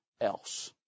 else